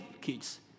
kids